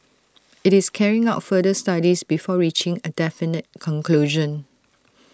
IT is carrying out further studies before reaching A definite conclusion